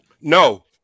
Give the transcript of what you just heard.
no